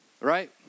right